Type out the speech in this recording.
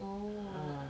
oh